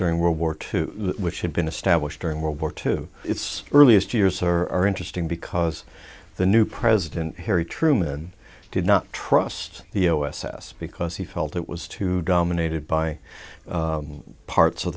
during world war two which had been established during world war two its earliest years are interesting because the new president harry truman did not trust the u s s because he felt it was too dominated by parts of